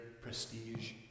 prestige